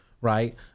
Right